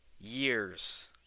years